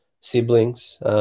siblings